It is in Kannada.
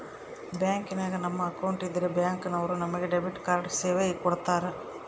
ಬ್ಯಾಂಕಿನಾಗ ನಮ್ಮ ಅಕೌಂಟ್ ಇದ್ರೆ ಬ್ಯಾಂಕ್ ನವರು ನಮಗೆ ಡೆಬಿಟ್ ಕಾರ್ಡ್ ಸೇವೆ ಕೊಡ್ತರ